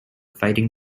fighting